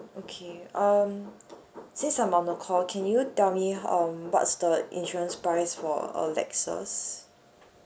okay um since I am on the call can you tell me um what is the insurance price for a lexus